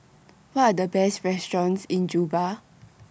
What Are The Best restaurants in Juba